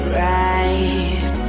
right